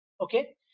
Okay